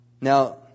Now